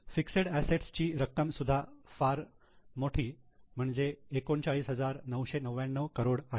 fixed assets ची रक्कम सुद्धा फार मोठे म्हणजे 39999 करोड आहे